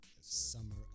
Summer